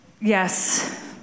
yes